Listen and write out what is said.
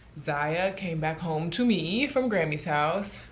ziya came back home to me from grammy's house.